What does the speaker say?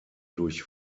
durch